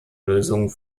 lösung